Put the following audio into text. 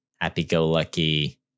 happy-go-lucky